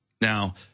Now